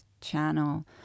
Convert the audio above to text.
channel